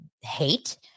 hate